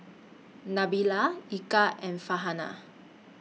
Nabila Eka and Farhanah